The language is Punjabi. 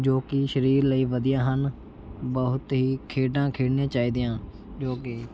ਜੋ ਕਿ ਸਰੀਰ ਲਈ ਵਧੀਆ ਹਨ ਬਹੁਤ ਹੀ ਖੇਡਾਂ ਖੇਡਣੀਆਂ ਚਾਹੀਦੀਆਂ ਜੋ ਕਿ